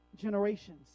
generations